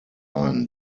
ein